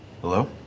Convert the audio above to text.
Hello